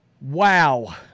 Wow